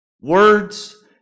words